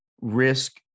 risk